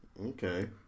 Okay